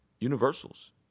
universals